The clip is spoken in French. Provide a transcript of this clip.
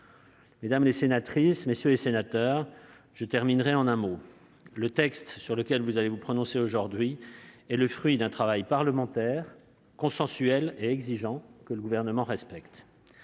Mesdames, messieurs les sénateurs, je terminerai en un mot : le texte sur lequel vous allez vous prononcer est le fruit d'un travail parlementaire consensuel et exigeant, que le Gouvernement respecte.